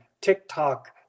TikTok